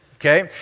Okay